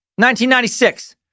1996